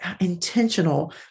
intentional